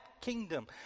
kingdom